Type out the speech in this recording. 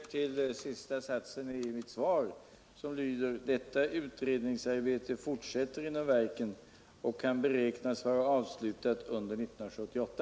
Herr talman! Jag hänvisar till sista meningen i mitt svar som lyder: ”Detta utredningsarbete fortsätter inom verken och kan beräknas vara avslutat under 1978.”